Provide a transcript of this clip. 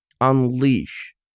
unleash